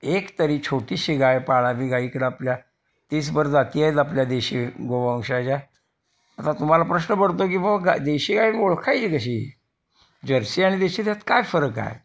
एक तरी छोटीशी गाय पाळावी गाईकडं आपल्या तीसभर जाती आहेत आपल्या देशी गोवंशाच्या आता तुम्हाला प्रश्न पडतो की ब गा देशी गाय ओळखायची कशी जर्सी आणि देशी त्यात काय फरक आहे